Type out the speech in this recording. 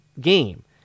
game